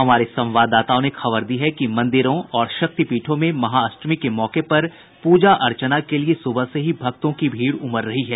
हमारे संवाददाताओं ने खबर दी है कि मंदिरों और शक्तिपीठों में महाअष्टमी के मौके पर पूजा अर्चना के लिये सुबह से ही भक्तों की भीड़ उमड़ रही है